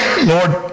Lord